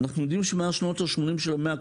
אנחנו יודעים שמאז שנות ה-80 של המאה הקודמת,